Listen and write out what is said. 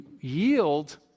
yield